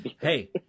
Hey